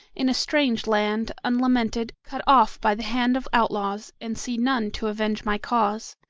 in a strange land, unlamented, cut off by the hand of outlaws, and see none to avenge my cause.